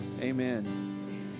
amen